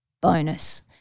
bonus